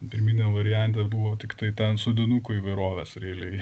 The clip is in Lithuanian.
pirminiam variante buvo tiktai ten sodinukų įvairoves realiai